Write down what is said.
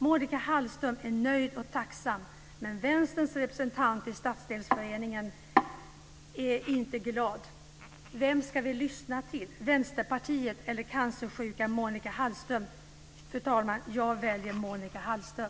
Monica Hallström är nöjd och tacksam. Men Vänsterns representant i stadsdelsföreningen är inte glad. Vem ska vi lyssna till, Vänsterpartiet eller cancersjuka Monica Hallström? Fru talman! Jag väljer Monica Hallström.